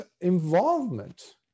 involvement